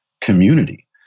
community